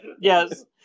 Yes